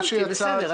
שיצא,